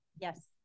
Yes